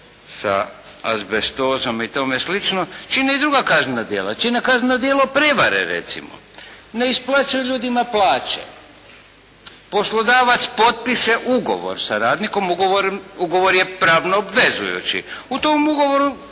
sa azbestozom i tome sl. čine i druga kaznena djela. Čine kazneno djelo prevare recimo, ne isplaćuje ljudima plaće. Poslodavac potpiše ugovor sa radnikom, ugovor je pravno obvezujući, u tom ugovoru